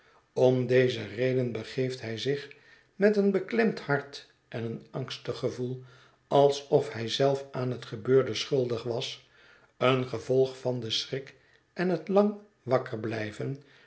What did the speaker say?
om deze reden begeeft hij zich met een beklemd hart en een angstig gevoel alsof hij zelf aan het gebeurde schuldig was een gevolg van den schrik en het